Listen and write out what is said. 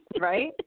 Right